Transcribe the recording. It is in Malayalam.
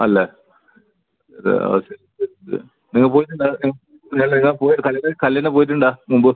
അല്ല ഒരു പ്രാവശ്യം ഇത് ഞങ്ങൾ പോയിട്ടുണ്ടായിരുന്നു അല്ല ഇതാ പോയത് കല്ല്യാണ് കല്ല്യാണ് പോയിറ്റുണ്ടായി മുമ്പ്